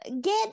get